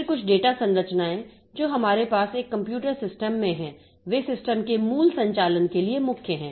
फिर कुछ डेटा संरचनाएं जो हमारे पास एक कंप्यूटर सिस्टम में हैं वे सिस्टम के मूल संचालन के लिए मुख्य हैं